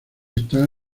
está